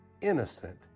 innocent